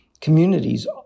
communities